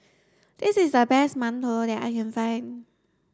this is the best mantou that I can find